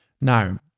Now